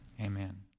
Amen